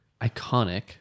iconic